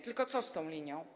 Tylko co z tą linią?